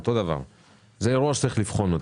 גם כאן זה אירוע שצריך לבחון.